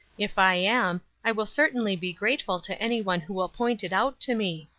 if i am, i will certainly be grateful to anyone who will point it out to me.